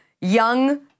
young